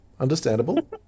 understandable